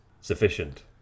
sufficient